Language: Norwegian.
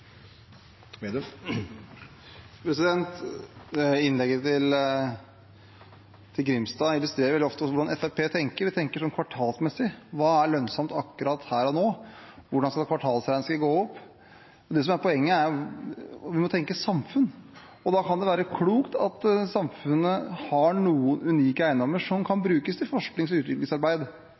Innlegget til Grimstad illustrerer vel hvordan Fremskrittspartiet tenker. De tenker sånn kvartalsmessig. Hva er lønnsomt akkurat her og nå? Hvordan skal kvartalsregnskapet gå opp? Det som er poenget, er at vi må tenke samfunn. Da kan det være klokt at samfunnet har noen unike eiendommer som kan brukes til forsknings- og utviklingsarbeid